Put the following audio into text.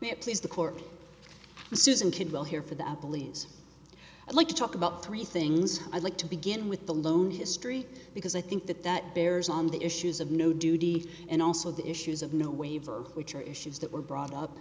here please the court this isn't kidwell here for that billy's i'd like to talk about three things i'd like to begin with the loan history because i think that that bears on the issues of no duty and also the issues of no waiver which are issues that were brought up